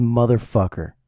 motherfucker